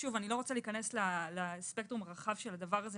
אני לא רוצה להיכנס לספקטרום המקצועי הרחב של הדבר הזה,